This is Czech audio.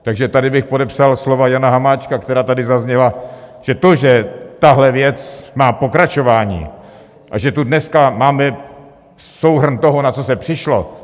Takže tady bych podepsal slova Jana Hamáčka, která tady zazněla, že to, že tahle věc má pokračování a že tu dneska máme souhrn toho, na co se přišlo.